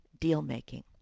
deal-making